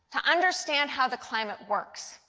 to understand how the climate works.